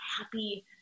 happy